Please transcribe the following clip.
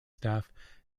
staff